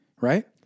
right